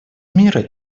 мира